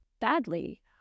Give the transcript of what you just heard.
badly